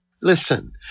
listen